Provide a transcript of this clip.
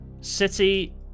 city